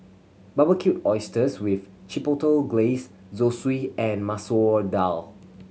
Barbecued Oysters with Chipotle Glaze Zosui and Masoor Dal